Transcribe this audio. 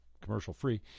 commercial-free